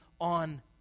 on